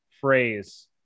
phrase